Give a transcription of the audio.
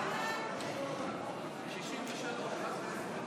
ההצעה לבחור את חבר הכנסת אמיר